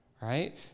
right